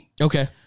Okay